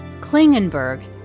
Klingenberg